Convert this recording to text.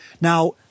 Now